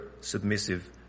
submissive